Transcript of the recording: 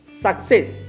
success